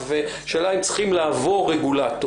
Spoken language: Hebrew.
והשאלה היא האם הם צריכים לעבור רגולטור.